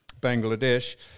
Bangladesh